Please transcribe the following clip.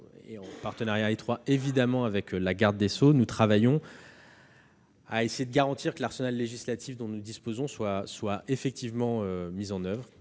En partenariat étroit avec la garde des sceaux, nous travaillons à essayer de garantir que l'arsenal législatif dont nous disposons soit effectivement appliqué.